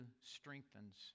strengthens